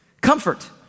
Comfort